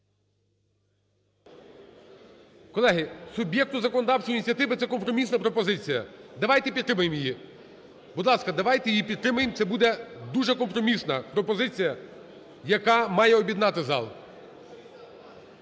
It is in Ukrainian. Колеги, суб'єкту законодавчої ініціативи – це компромісна пропозиція, давайте підтримаємо її. Будь ласка, давайте її підтримаємо, це буде дуже компромісна пропозиція, яка має об'єднати зал.